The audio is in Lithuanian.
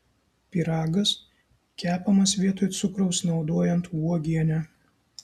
pyragas kepamas vietoj cukraus naudojant uogienę